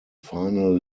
final